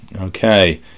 Okay